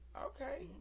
Okay